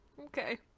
okay